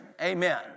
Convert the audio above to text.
amen